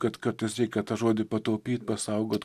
kad kartais reikia tą žodį pataupyt pasaugot